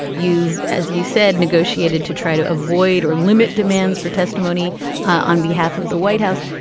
you've, as you said, negotiated to try to avoid or limit demands for testimony on behalf of the white house.